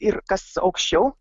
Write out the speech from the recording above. ir kas aukščiau